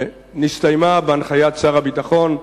נסתיימה, בהנחיית שר הביטחון,